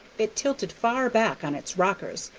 it tilted far back on its rockers,